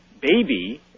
baby